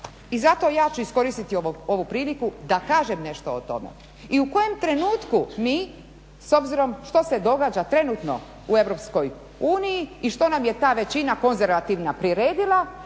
I zato ja ću iskoristiti ovu priliku da kažem nešto o tome. I u kojem trenutku mi s obzirom što se događa trenutno u EU i što nam je ta većina konzervativna priredila